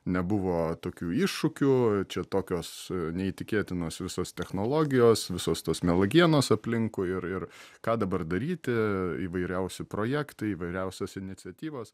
nebuvo tokių iššūkių čia tokios neįtikėtinos visos technologijos visos tos melagienos aplinkui ir ir ką dabar daryti įvairiausi projektai įvairiausios iniciatyvos